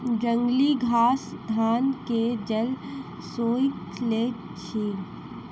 जंगली घास धान के जल सोइख लैत अछि